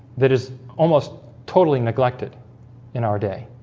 that is almost totally neglected in our day